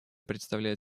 представляет